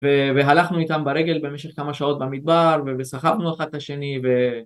והלכנו איתם ברגל במשך כמה שעות במדבר וסחבנו אחד את השני